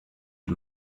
est